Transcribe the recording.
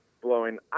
blowing